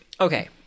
Okay